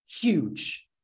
huge